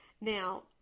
Now